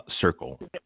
circle